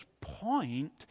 point